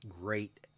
great